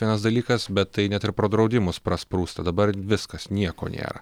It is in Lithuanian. vienas dalykas bet tai net ir pro draudimus prasprūsta dabar viskas nieko nėra